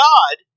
God